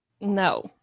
No